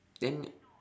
then